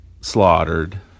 slaughtered